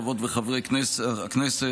חברות וחברי הכנסת,